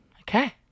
Okay